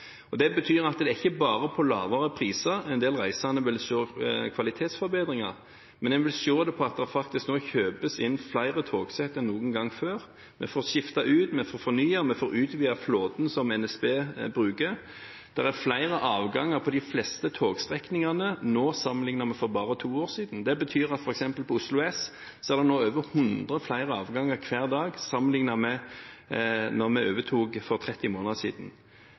Det betyr at det ikke bare er på lavere priser en del reisende vil se kvalitetsforbedringer. En vil se det på at det nå faktisk kjøpes inn flere togsett enn noen gang før. Vi får skiftet ut, vi får fornyet, vi får utvidet flåten som NSB bruker. Det er flere avganger på de fleste togstrekningene nå sammenlignet med for bare to år siden. Det betyr at på f.eks. Oslo S er det nå over 100 flere avganger hver dag sammenlignet med da vi overtok for 30 måneder siden.